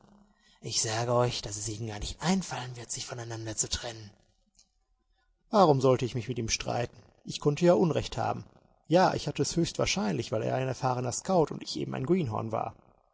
ich sage euch daß es ihnen gar nicht einfallen wird sich voneinander zu trennen warum sollte ich mich mit ihm streiten ich konnte ja unrecht haben ja ich hatte es höchst wahrscheinlich weil er ein erfahrener scout und ich eben ein greenhorn war